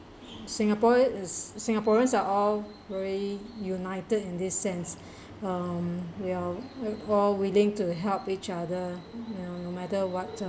singaporean is singaporeans are all very united in this sense um ya all willing to help each other no matter what